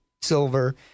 silver